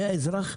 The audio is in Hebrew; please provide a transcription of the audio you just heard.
מהאזרח,